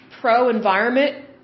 pro-environment